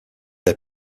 est